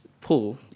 pool